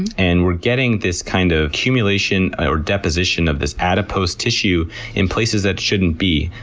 and and we're getting this, kind of, accumulation, or deposition, of this adipose tissue in places that it shouldn't be,